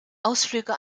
ausflüge